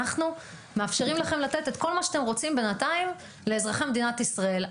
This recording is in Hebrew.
אנחנו מאפשרים לכם לתת את כל מה שאתם רוצים בינתיים לאזרחי מדינת ישראל.